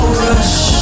rush